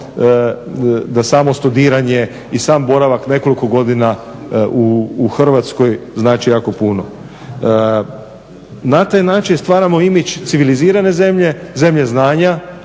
da samo studiranje i sam boravak nekoliko godina u Hrvatskoj znači jako puno. Na taj način stvaramo imidž civilizirane zemlje, zemlje znanja